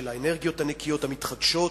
של האנרגיות הנקיות המתחדשות,